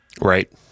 Right